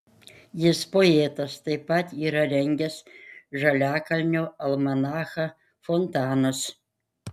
jis poetas taip pat yra rengęs žaliakalnio almanachą fontanas